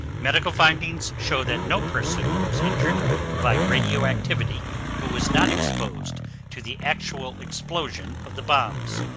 medical findings show that no person was injured by radioactivity who was not exposed to the actual explosion of the bombs.